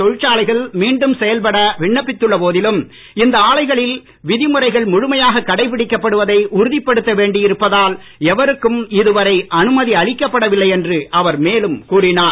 தொழிற்சாலைகள் மீண்டும் செயல்பட விண்ணப்பித்துள்ள போதிலும் இந்த ஆலைகளில் விதிமுறைகள் முழுமையாக கடைபிடிக்கப்படுவதை உறுதிப்படுத்த வேண்டியிருப்பதால் எவருக்கும் இது வரை அனுமதி அளிக்கப்படவில்லை என்று அவர் மேலும் கூறினார்